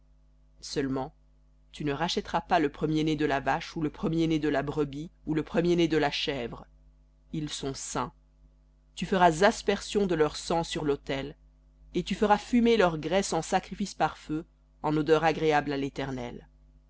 seulement tu ne rachèteras pas le premier-né de la vache ou le premier-né de la brebis ou le premier-né de la chèvre ils sont saints tu feras aspersion de leur sang sur l'autel et tu feras fumer leur graisse en sacrifice par feu en odeur agréable à l'éternel